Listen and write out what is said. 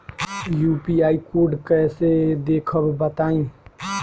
UPI code कैसे देखब बताई?